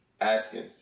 asking